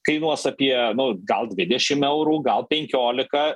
kainuos apie nu gal dvidešim eurų gal penkiolika